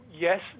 Yes